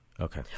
Okay